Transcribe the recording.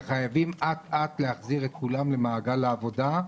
וחייבים אט אט להחזיר את כולם למעגל העבודה,